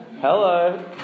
Hello